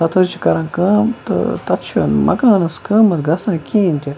تَتھ حظ چھِ کَرن کٲم تہٕ تَتھ چھُنہٕ مکانَس قۭمَتھ گژھان کِہیٖنۍ تہِ